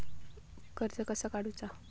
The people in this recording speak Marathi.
कर्ज कसा काडूचा?